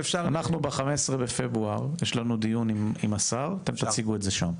אנחנו ב-15 לפברואר יש לנו פגישה עם השר אתם תציגו את זה שם.